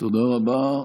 תודה רבה.